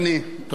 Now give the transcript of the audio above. תודה רבה,